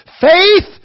Faith